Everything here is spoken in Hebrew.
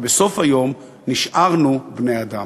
שבסוף היום נשארנו בני-אדם.